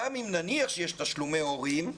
גם אם נניח שיש תשלומי הורים,